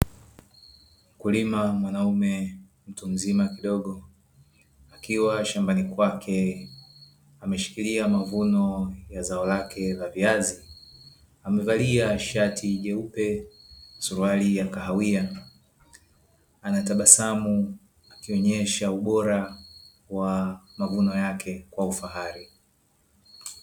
Mkulima mwanaume mtu mzima kidogo, akiwa shambani kwake ameshikilia mavuno ya zao lake la viazi, amevalia shati jeupe, suruali ya kahawia. Anatabasamu akionyesha ubora wa mavuno yake kwa ufahari.